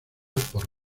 por